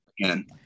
again